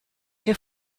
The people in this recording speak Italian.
che